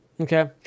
Okay